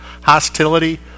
hostility